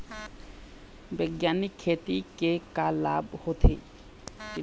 बैग्यानिक खेती के का लाभ होथे?